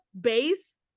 base